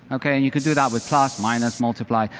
okay? and you can do that with plus, mine, multiply,